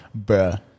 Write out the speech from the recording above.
Bruh